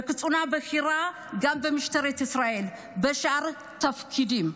בקצונה הבכירה, גם במשטרת ישראל, בשאר התפקידים.